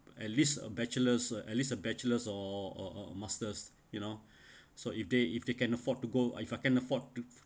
at least a bachelor's at least a bachelor's or or a master's you know so if they if they can afford to go if I can't afford to